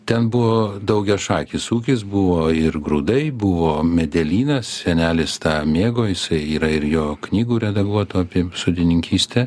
ten buvo daugiašakis ūkis buvo ir grūdai buvo medelynas senelis tą mėgo jisai yra ir jo knygų redaguotų apie sodininkystę